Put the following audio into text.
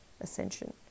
ascension